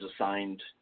assigned